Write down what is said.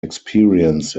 experienced